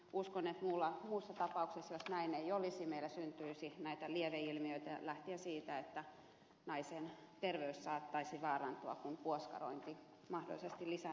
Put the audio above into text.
uskon että muussa tapauksessa jos näin ei olisi meillä syntyisi näitä lieveilmiöitä lähtien siitä että naisen terveys saattaisi vaarantua kun puoskarointi mahdollisesti lisääntyisi